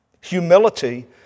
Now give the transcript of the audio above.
humility